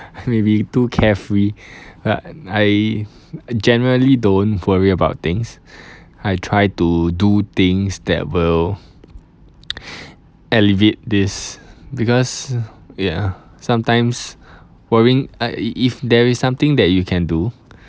maybe too carefree but I generally don't worry about things I try to do things that will alleviate this because ya sometimes worrying I if if there is something that you can do